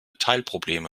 teilprobleme